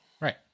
Right